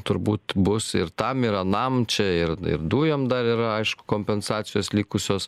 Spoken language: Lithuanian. turbūt bus ir tam ir anam čia ir ir dujom dar yra aišku kompensacijos likusios